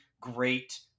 great